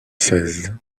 seize